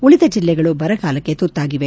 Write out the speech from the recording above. ಉಳಿದ ಜಲ್ಲೆಗಳು ಬರಗಾಲಕ್ಷೆ ತುತ್ತಾಗಿವೆ